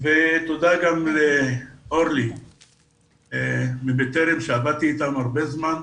תודה גם לאורלי מ"בטרם" שעבדתי איתם הרבה זמן.